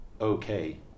okay